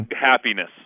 happiness